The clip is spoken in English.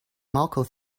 malco